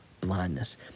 blindness